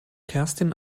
kerstin